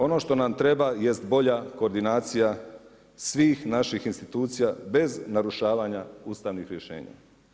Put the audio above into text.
Ono što nam treba jest bolja koordinacija svih naših institucija bez narušavanja ustavnih rješenja.